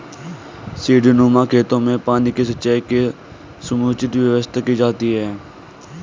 सीढ़ीनुमा खेतों में पानी के संचय की समुचित व्यवस्था की जाती है